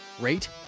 rate